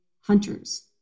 hunters